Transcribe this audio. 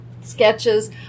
sketches